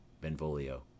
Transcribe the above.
Benvolio